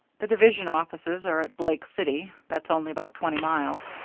the division offices are at blake city. that's only about twenty miles.